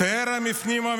טרם הפנים.